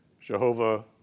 Jehovah